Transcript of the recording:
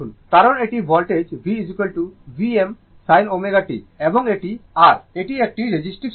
কারণ এটি voltage V Vm sin ω t এবং এটি R এটি একটি রেজিস্টিভ সার্কিট